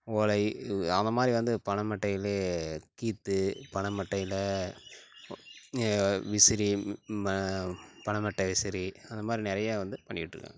ஓலை இ அந்த மாதிரி வந்து பனமட்டையிலே கீற்று பனமட்டையில விசிறி ம பனமட்டை விசிறி அந்த மாதிரி நிறையா வந்து பண்ணிகிட்ருக்காங்க